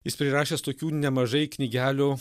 jis prirašęs tokių nemažai knygelių